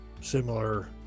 similar